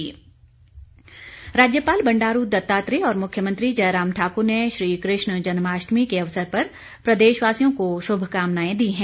जन्माष्टमी राज्यपाल बंडारू दत्तात्रेय और मुख्यमंत्री जयराम ठाक्र ने श्री कृष्ण जन्माष्टमी के अवसर पर प्रदेशवासियों को शुभकामनाएं दी हैं